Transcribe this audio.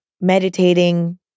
meditating